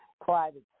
private